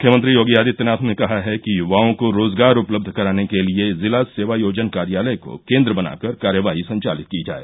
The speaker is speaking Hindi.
मुख्यमंत्री योगी आदित्यनाथ ने कहा है कि युवाओं को रोजगार उपलब्ध कराने के लिये जिला सेवायोजन कार्यालय को केन्द बनाकर कार्यवाही संचालित की जाए